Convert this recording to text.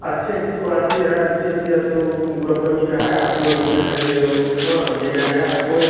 अच्छी अच्छी क्वालटी है अच्छी अच्छी यथो कम्पनी का है आप जो इच्छा करिए वो मिल जाएगा आपको